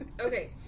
Okay